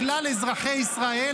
לכלל אזרחי ישראל,